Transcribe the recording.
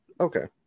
Okay